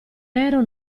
nero